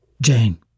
Jane